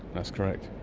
that's correct.